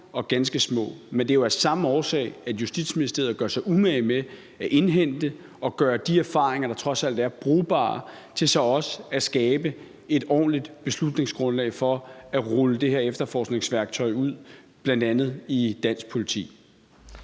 og ganske små. Men det er jo af den samme årsag, at Justitsministeriet gør sig umage med at indhente erfaringer og gøre de erfaringer, der trods alt er brugbare, altså for også at skabe et ordentligt beslutningsgrundlag for at rulle det her efterforskningsværktøj ud, bl.a. hos dansk politi.